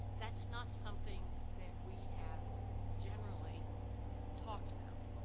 that's not something that we have generally talked about.